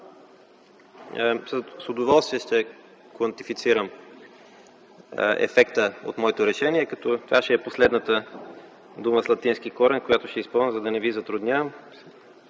С удоволствие ще контифицирам ефекта от моето решение, като това ще е последната дума с латински корен, която ще използвам, за да не Ви затруднявам.